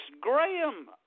Graham